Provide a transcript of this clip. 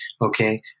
Okay